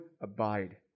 abide